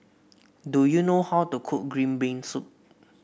do you know how to cook Green Bean Soup